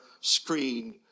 screen